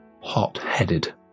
hot-headed